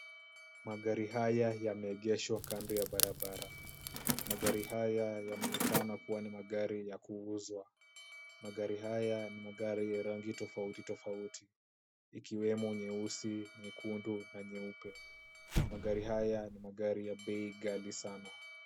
Magari haya yameegeshwa kando ya barabara. Magari haya yanaonekana kuwa ni magari ya kuuzwa. Magari haya ni magari ya rangi tofauti tofauti ikiwemo nyeusi, nyekundu na nyeupe. Magari haya ni magari ya bei ghali sana.